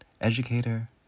educator